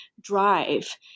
drive